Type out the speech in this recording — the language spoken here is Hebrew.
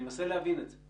אני מנסה להבין את זה.